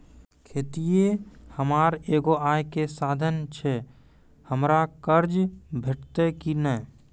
खेतीये हमर एगो आय के साधन ऐछि, हमरा कर्ज भेटतै कि नै?